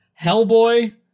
Hellboy